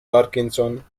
parkinson